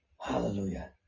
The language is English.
Hallelujah